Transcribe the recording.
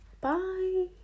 Bye